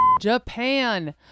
Japan